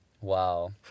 Wow